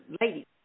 ladies